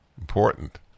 Important